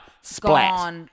splat